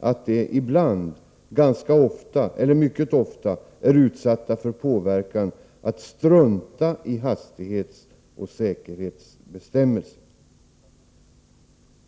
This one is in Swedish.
att de ibland, ganska ofta eller mycket ofta är utsatta för påverkan att strunta i hastighetsoch säkerhetsbestämmelser.